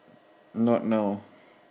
not now